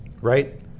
right